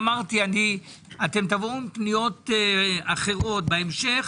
אתם תבואו עם פניות אחרות בהמשך.